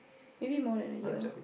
maybe more than a year